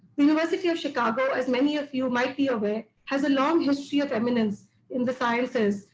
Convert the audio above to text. the university of chicago, as many of you might be aware, has a long history of eminence in the sciences.